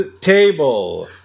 Table